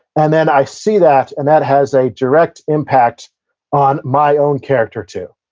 and then i see that, and that has a direct impact on my own character, too.